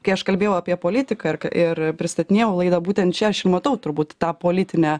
kai aš kalbėjau apie politiką ir ir pristatinėjau laidą būtent čia aš ir matau turbūt tą politinę